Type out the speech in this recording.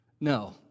No